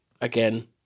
Again